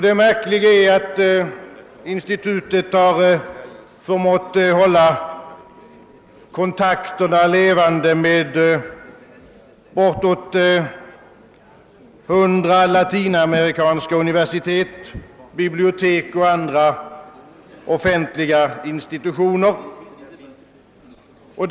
Det glädjande är, att institutet förmått hålla kontakterna med bortåt hundra latinamerikanska universitet, bibliotek och andra offentliga institutioner levande.